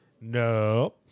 No